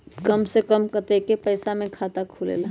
कम से कम कतेइक पैसा में खाता खुलेला?